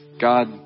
God